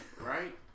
right